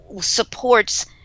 supports